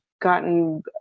gotten